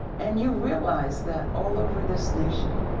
and you realize that all over this nation,